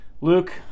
Luke